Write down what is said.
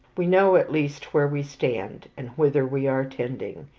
we know at least where we stand, and whither we are tending,